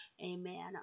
amen